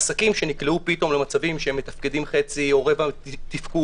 עסקים שנקלעו פתאום למצבים שמתפקדים חצי או רבע מהתפקוד,